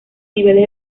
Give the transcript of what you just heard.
niveles